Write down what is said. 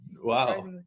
Wow